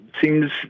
seems